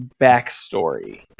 backstory